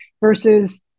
versus